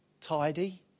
tidy